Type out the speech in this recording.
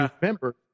remember